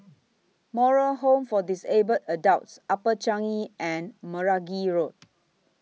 Moral Home For Disabled Adults Upper Changi and Meragi Road